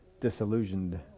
disillusioned